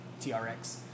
TRX